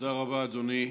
תודה רבה, אדוני.